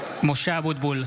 (קורא בשמות חברי הכנסת) משה אבוטבול,